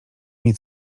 nie